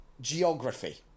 geography